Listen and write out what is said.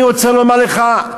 אני רוצה לומר לך,